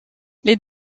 les